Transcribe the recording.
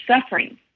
suffering